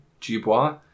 Dubois